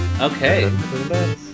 Okay